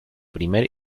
primer